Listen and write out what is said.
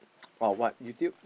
or what YouTube